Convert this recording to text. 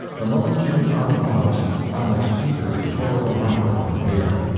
the moment she was out of the house, aleck eagerly tore the wrapper from the paper,